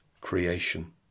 creation